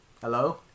Hello